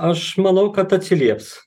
aš manau kad atsilieps